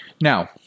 Now